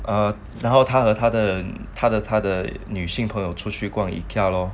哦然后他和他的他的他的女性朋友出去逛 Ikea lor